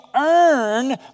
earn